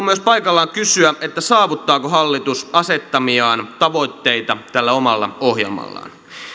myös paikallaan kysyä saavuttaako hallitus asettamiaan tavoitteita tällä omalla ohjelmallaan